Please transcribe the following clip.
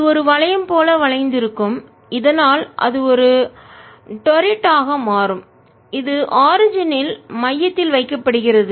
இது ஒரு வளையம் போல வளைந்திருக்கும் இதனால் அது ஒரு டொரிட் ஆக மாறும் இது ஆரிஜின் இன் மையத்தில் வைக்கப்படுகிறது